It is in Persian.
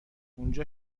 اونجا